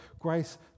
grace